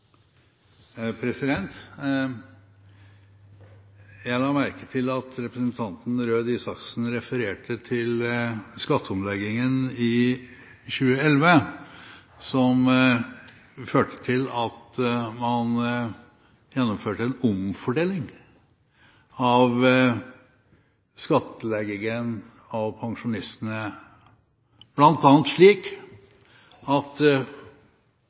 Isaksen refererte til skatteomleggingen i 2011, som førte til at man gjennomførte en omfordeling av skattleggingen av pensjonistene, bl.a. slik at